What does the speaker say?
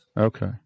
Okay